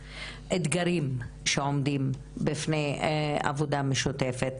אתגרים שעומדים בפני עבודה משותפת,